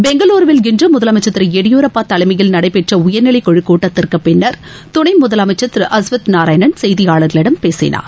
பெங்களூருவில் இன்று முதலமைச்சர் திரு எடியூரப்பா தலைமையில் நடைபெற்ற உயர்நிலை குழு கூட்டத்திற்கு பின்னர் துணை முதலமைச்சர் திரு அஸ்வத் நாராயணன் செய்தியாளர்களிடம் பேசினார்